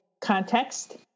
context